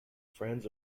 friends